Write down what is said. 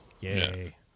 Yay